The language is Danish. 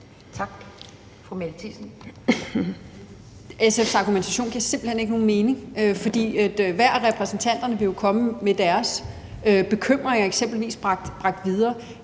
Kl. 12:26 Mette Thiesen (NB): SF's argumentation giver simpelt hen ikke nogen mening, for hver af repræsentanterne vil jo komme med eksempelvis deres